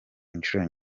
inshuro